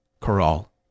Corral